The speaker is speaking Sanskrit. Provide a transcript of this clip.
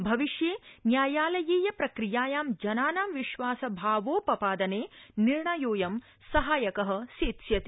भविष्ये न्यायालयीय प्रक्रियायां जनानां विश्वासभावोपपादने निर्णयोऽयं सहायक सेत्स्यति